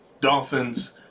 Dolphins